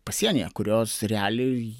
pasienyje kurios realiai